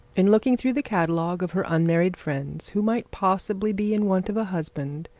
in looking through the catalogue of her unmarried friends, who might possibly be in want of a husband,